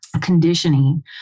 conditioning